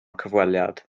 cyfweliad